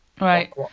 Right